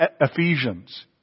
Ephesians